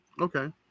Okay